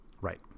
Right